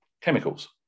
chemicals